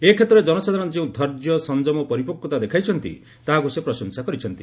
ଏ କ୍ଷେତ୍ରରେ ଜନସାଧାରଣ ଯେଉଁ ଧୈର୍ଯ୍ୟ ସଂଯମ ଓ ପରିପକୃତା ଦେଖାଇଛନ୍ତି ତାହାକୁ ସେ ପ୍ରଶଂସା କରିଛନ୍ତି